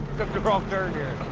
took the wrong turn here.